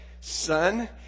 Son